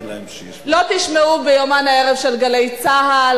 לא תשמעו ביומן הערב של "גלי צה"ל",